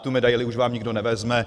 Tu medaili už vám nikdo nevezme.